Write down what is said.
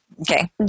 Okay